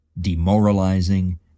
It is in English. demoralizing